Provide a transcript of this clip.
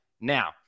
Now